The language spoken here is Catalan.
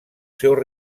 seu